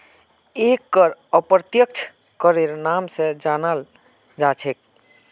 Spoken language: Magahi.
एक कर अप्रत्यक्ष करेर नाम स जानाल जा छेक